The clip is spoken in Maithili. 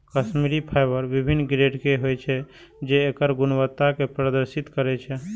कश्मीरी फाइबर विभिन्न ग्रेड के होइ छै, जे एकर गुणवत्ता कें प्रदर्शित करै छै